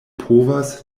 povas